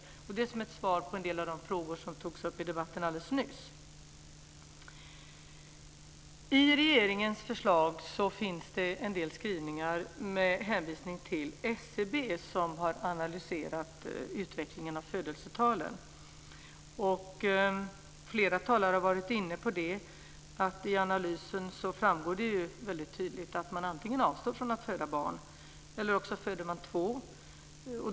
Det säger jag som ett svar på en del av de frågor som togs upp i debatten alldeles nyss. I regeringens förslag finns det en del skrivningar med hänvisning till SCB som har analyserat utvecklingen av födelsetalen. Flera talare har varit inne på att det av analysen framgår väldigt tydligt att man antingen avstår från att föda barn eller också föder man två barn.